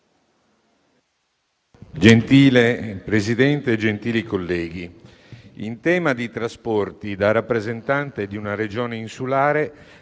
Gentile Presidente, gentili colleghi, in tema di trasporti, da rappresentante di una Regione insulare